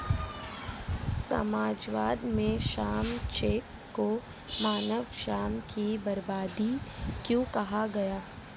समाजवाद में श्रम चेक को मानव श्रम की बर्बादी क्यों कहा गया?